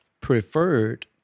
preferred